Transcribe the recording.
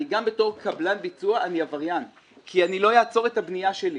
גם בתור קבלן ביצוע אני עבריין כי אני לא אעצור את הבנייה שלי.